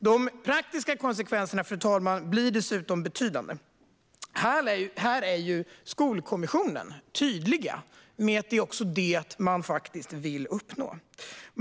De praktiska konsekvenserna, fru talman, blir dessutom betydande. Här är Skolkommissionen tydlig med att det är det man faktiskt vill uppnå.